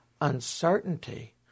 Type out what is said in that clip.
uncertainty